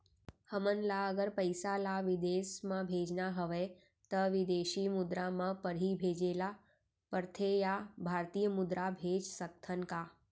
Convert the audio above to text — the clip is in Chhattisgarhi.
हमन ला अगर पइसा ला विदेश म भेजना हवय त विदेशी मुद्रा म पड़ही भेजे ला पड़थे या भारतीय मुद्रा भेज सकथन का?